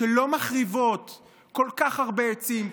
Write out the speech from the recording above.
שלא מחריבות כל כך הרבה עצים,